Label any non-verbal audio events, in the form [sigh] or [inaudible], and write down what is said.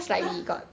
!huh! [breath]